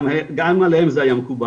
גם עליהם זה היה מקובל.